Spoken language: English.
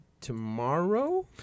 tomorrow